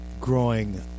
growing